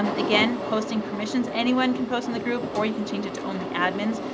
um again, posting permissions. anyone can post in the group or you can change it to only admins.